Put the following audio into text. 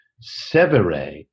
Severe